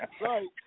Right